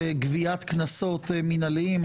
של גביית קנסות מינהליים,